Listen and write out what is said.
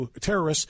terrorists